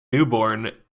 newborn